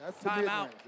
Timeout